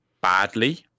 badly